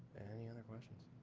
any other questions?